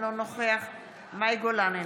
אינו נוכח מאי גולן,